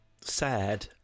sad